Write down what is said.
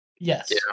Yes